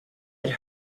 had